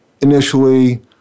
initially